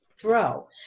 throw